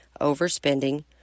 overspending